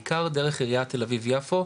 בעיקר דרך עיריית תל אביב-יפו,